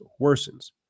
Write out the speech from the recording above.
worsens